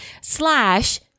slash